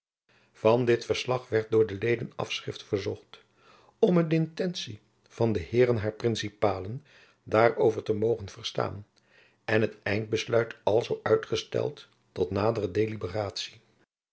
van dit verslag werd door de leden afschrift verzocht omme d'intentie van de heeren haer principalen daer over te moghen verstaen en het eindbesluit alzoo uitgesteld tot nadere